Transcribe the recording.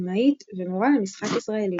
במאית ומורה למשחק ישראלית.